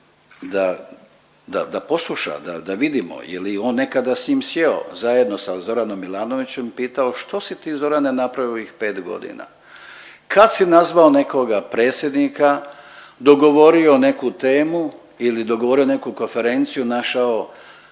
da posluša da vidimo je li on nekada s njim sjeo zajedno sa Zoranom Milanovićem pitao što si ti Zorane napravio u ovih 5 godina, kad si nazvao nekoga predsjednika, dogovorio neku temu ili dogovorio neku konferenciju, našao